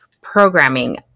programming